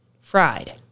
Fried